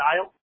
style